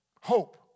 Hope